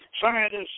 scientists